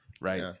right